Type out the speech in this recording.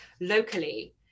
locally